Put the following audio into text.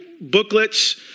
booklets